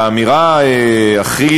האמירה הכי,